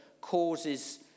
causes